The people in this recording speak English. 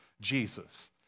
Jesus